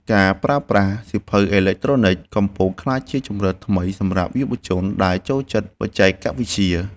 ការប្រើប្រាស់ សៀវភៅអេឡិចត្រូនិក កំពុងក្លាយជាជម្រើសថ្មីសម្រាប់យុវជនដែលចូលចិត្តបច្ចេកវិទ្យា។